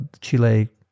Chile